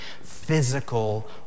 physical